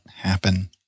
happen